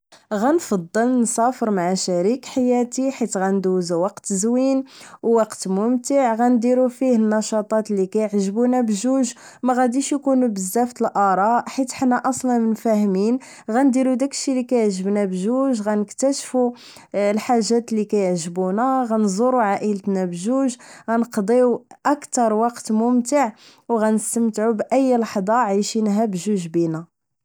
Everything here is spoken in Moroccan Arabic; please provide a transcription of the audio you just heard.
غنفضل نسافر مع شريك حياتي حيت غندوزو وقت زوين و وقت ممتع غنديرو فيه نشاطات اللي كيعجبونا بجوج غاديش اكونو بزاف الاراء حيت حنا اصلا مفاهمين غنديرو داكشي اللي كيعجبنا بجوج غنكتاشفو الحاجات اللي كيعجبونا غنزورو عائلتنا بجوج غنقضيو اكتر وقت ممتع و غنستمتعو باي لحضة عايشينها بجوج بنا